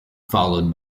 followed